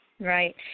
Right